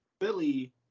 Philly